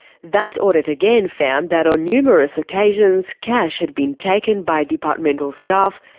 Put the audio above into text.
that audit again found that on numerous occasions cash had been taken by departmental staff,